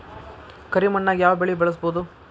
ಕರಿ ಮಣ್ಣಾಗ್ ಯಾವ್ ಬೆಳಿ ಬೆಳ್ಸಬೋದು?